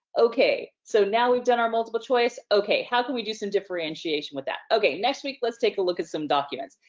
okay, so now we've done our multiple choice. okay, how can we do some differentiation with that? okay, next week let's take a look at some documents.